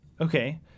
Okay